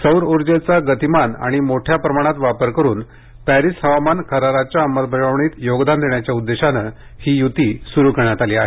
सौरऊर्जेचा गतिमान आणि मोठ्या प्रमाणात वापर करुन पॅरिस हवामान कराराच्या अंमलबजावणीत योगदान देण्याच्या उद्देशाने ही युती सुरू करण्यात आली आहे